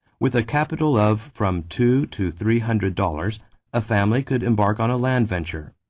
with a capital of from two to three hundred dollars a family could embark on a land venture.